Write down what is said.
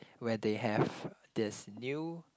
where they have there's new